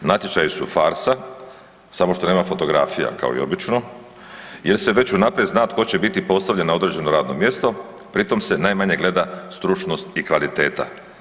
Natječaji su farsa, samo što nema fotografija kao i obično, jer se već unaprijed zna tko će biti postavljen na određeno radno mjesto pri tom se najmanje gleda stručnost i kvaliteta.